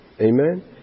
Amen